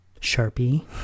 Sharpie